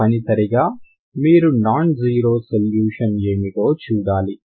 తప్పనిసరిగా మీరు non zero solution ఏమిటో చూడాలి